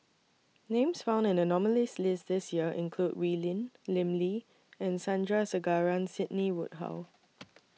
Names found in The nominees' list This Year include Wee Lin Lim Lee and Sandrasegaran Sidney Woodhull